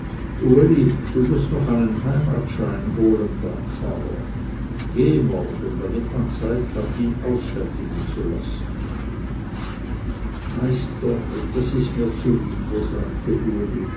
uli du mußt noch einen heimatschein holen beim pfarrer gehe morgen damit man zeit hat ihn ausfertigen zu lassen meister das ist mir zwider sagte uli